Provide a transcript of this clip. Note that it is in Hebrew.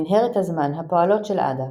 במנהרת הזמן הפועלות של עדה,